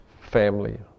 family